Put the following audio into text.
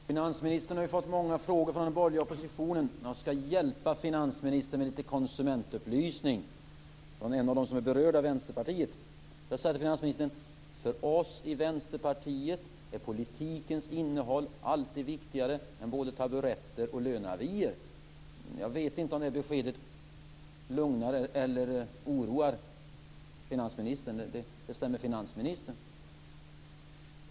Herr talman! Finansministern har fått många frågor från den borgerliga oppositionen. Jag skall hjälpa finansministern med litet konsumentupplysning från en av dem som är berörda - Vänsterpartiet. För oss i Vänsterpartiet är politikens innehåll alltid viktigare än både taburetter och löneavier. Jag vet inte om det beskedet lugnar eller oroar finansministern. Det bestämmer finansmininstern.